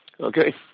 Okay